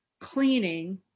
cleaning